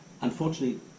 unfortunately